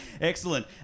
Excellent